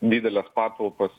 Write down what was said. dideles patalpas